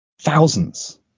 thousands